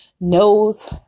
knows